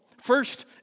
First